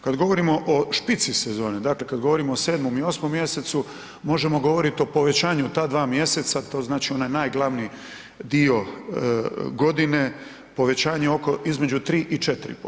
Kada govorimo o špici sezone, dakle kada govorimo o 7. i 8. mjesecu možemo govoriti o povećanju ta dva mjeseca to znači onaj najglavniji dio godine, povećanje između 3 i 4%